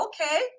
Okay